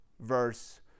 verse